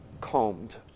calmed